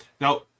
Now